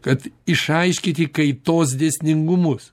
kad išaiškyti kaitos dėsningumus